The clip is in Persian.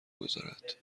گذارد